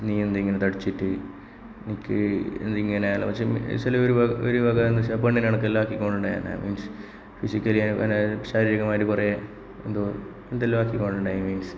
നീ എന്താ ഇങ്ങനെ തടിച്ചിട്ട് നിനക്ക് എന്താ ഇങ്ങനെ ചിലവർ പറയുക എന്ന് വെച്ചാൽ പൊണ്ണനെ കണക്ക് ആക്കികൊണ്ട് മീൻസ് ഫിസിക്കലി പിന്നെ ശാരീരികമായിട്ട് കുറെ എന്തോ എന്തെല്ലാമോ ആക്കിക്കൊണ്ടിരുന്നിരുന്നു മീൻസ്